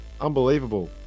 Unbelievable